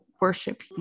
worship